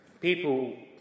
people